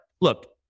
look